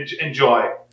enjoy